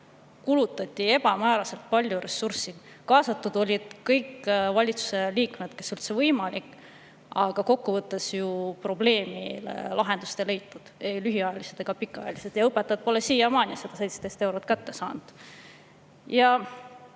kulutati ebamääraselt palju ressurssi. Kaasatud olid kõik valitsuse liikmed, kes üldse võimalik, aga kokkuvõttes probleemile lahendust ei leitud, ei lühiajalist ega pikaajalist. Ja õpetajad pole siiamaani seda 17 eurot kätte saanud.